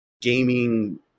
gaming